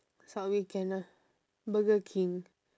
subway can ah burger king